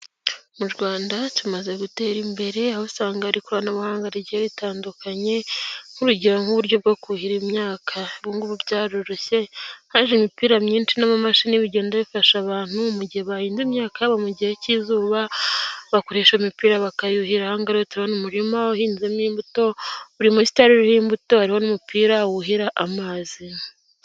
Mu Rwanda tumaze gutera imbere, aho usanga ikoranabuhanga rigiye ritandukanye, nk'urugero nk'uburyo bwo kuhira imyaka byaroroshye, haje imipira myinshi n'amamashini bigenda bifasha abantu mu gihe buhira imyaka, mu gihe cy'izuba bakoresha imipira bakayuhira umurima uhinzemo imbuto, buri mu sitari imbuto, hariho umupira wuhira amazi.